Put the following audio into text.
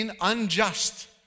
unjust